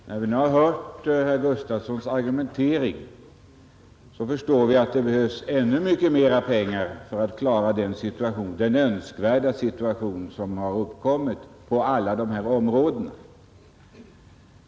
Fru talman! När vi nu hört herr Gustafsons argumentering, förstår vi att det behövs ännu mycket mera pengar för att klara det önskvärda i den situation som uppkommit på alla dessa områden.